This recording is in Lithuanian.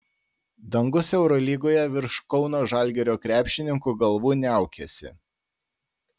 dangus eurolygoje virš kauno žalgirio krepšininkų galvų niaukiasi